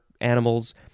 animals